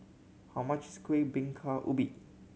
how much is Kueh Bingka Ubi